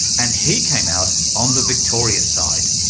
and he came out on the victorious side.